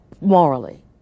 morally